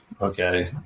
okay